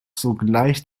sogleich